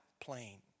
plane